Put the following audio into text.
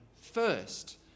first